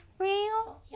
real